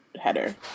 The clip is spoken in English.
header